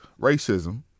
racism